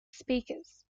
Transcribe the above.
speakers